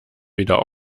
weder